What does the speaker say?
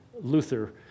Luther